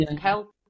help